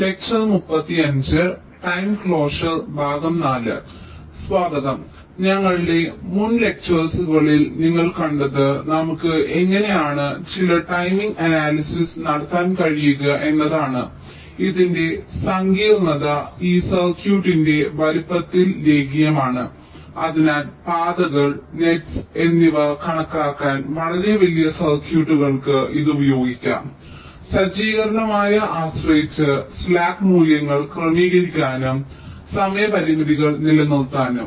സ്വാഗതം ഞങ്ങളുടെ മുൻ ലെക്ചർസുകളിൽ നിങ്ങൾ കണ്ടത് നമുക്ക് എങ്ങനെയാണ് ചില ടൈമിംഗ് അനാലിസിസ് നടത്താൻ കഴിയുക എന്നതാണ് ഇതിന്റെ സങ്കീർണ്ണത ഈ സർക്യൂട്ടിന്റെ വലുപ്പത്തിൽ രേഖീയമാണ് അതിനാൽ പാതകൾ നെറ്സ് എന്നിവ കണക്കാക്കാൻ വളരെ വലിയ സർക്യൂട്ടുകൾക്ക് ഇത് ഉപയോഗിക്കാം സജ്ജീകരണത്തെ ആശ്രയിച്ച് സ്ലാക്ക് മൂല്യങ്ങൾ ക്രമീകരിക്കാനും സമയ പരിമിതികൾ നിലനിർത്താനും